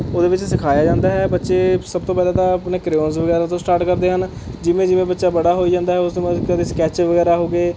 ਉਹਦੇ ਵਿੱਚ ਸਿਖਾਇਆ ਜਾਂਦਾ ਹੈ ਬੱਚੇ ਸਭ ਤੋਂ ਪਹਿਲਾਂ ਤਾਂ ਆਪਣਾ ਕਰੇਓਨਜ਼ ਵਗੈਰਾ ਤੋਂ ਸਟਾਰਟ ਕਰਦੇ ਹਨ ਜਿਵੇਂ ਜਿਵੇਂ ਬੱਚਾ ਬੜਾ ਹੋਈ ਜਾਂਦਾ ਹੈ ਉਸ ਤੋਂ ਬਾਅਦ ਕਦੇ ਸਕੈੱਚ ਵਗੈਰਾ ਹੋ ਗਏ